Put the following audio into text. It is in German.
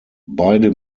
beide